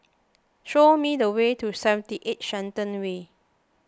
show me the way to seventy eight Shenton Way